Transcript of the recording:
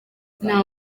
nta